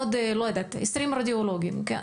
עוד 20 רדיולוגים אני אומרת סתם כדוגמה.